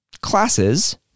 classes